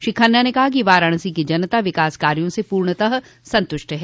श्री खन्ना ने कहा कि वाराणसी की जनता विकास कार्यो से पूर्णतः संतुष्ट है